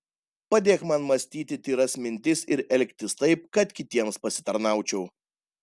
padėk man mąstyti tyras mintis ir elgtis taip kad kitiems pasitarnaučiau